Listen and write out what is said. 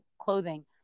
clothing